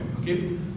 Okay